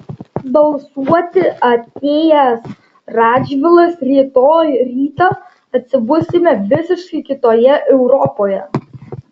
balsuoti atėjęs radžvilas rytoj rytą atsibusime visiškai kitoje europoje